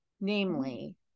Namely